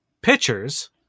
pictures